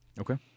Okay